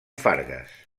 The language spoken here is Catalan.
fargues